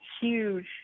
huge